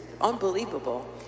unbelievable